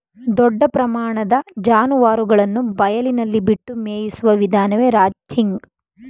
ದೊಡ್ಡ ಪ್ರಮಾಣದ ಜಾನುವಾರುಗಳನ್ನು ಬಯಲಿನಲ್ಲಿ ಬಿಟ್ಟು ಮೇಯಿಸುವ ವಿಧಾನವೇ ರಾಂಚಿಂಗ್